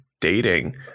dating